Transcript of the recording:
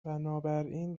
بنابراین